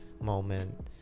moment